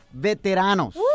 veteranos